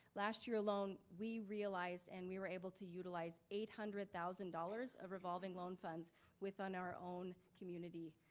last year loan, we realized, and we were able to utilize eight hundred thousand dollars of revolving loan funds within our own community.